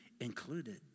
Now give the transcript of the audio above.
included